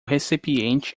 recipiente